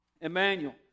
Emmanuel